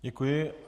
Děkuji.